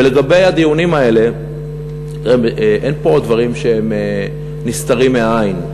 לגבי הדיונים האלה, אין פה דברים נסתרים מהעין.